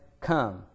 come